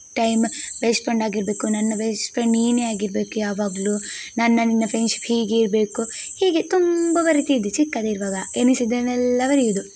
time best ಫ್ರೆಂಡಾಗಿರ್ಬೇಕು ನನ್ನ best friend ನೀನೆ ಆಗಿರಬೇಕು ಯಾವಾಗಲೂ ನನ್ನ ನಿನ್ನ ಫ್ರೆಂಡ್ಶಿಪ್ ಹೀಗೆ ಇರಬೇಕು ಹೀಗೆ ತುಂಬ ಬರೀತಿದ್ದೆ ಚಿಕ್ಕದಿರುವಾಗ ಎಣಿಸಿದ್ದನ್ನೆಲ್ಲ ಬರೆಯೋದು